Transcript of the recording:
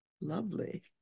lovely